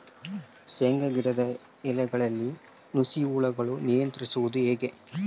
ಶೇಂಗಾ ಗಿಡದ ಎಲೆಗಳಲ್ಲಿ ನುಷಿ ಹುಳುಗಳನ್ನು ನಿಯಂತ್ರಿಸುವುದು ಹೇಗೆ?